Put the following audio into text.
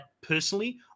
personally